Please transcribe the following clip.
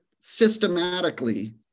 systematically